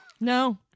No